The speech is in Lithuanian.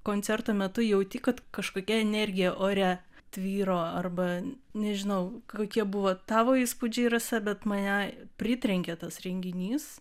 koncerto metu jauti kad kažkokia energija ore tvyro arba nežinau kokie buvo tavo įspūdžiai rasa bet mane pritrenkė tas renginys